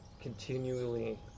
continually